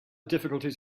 difficulties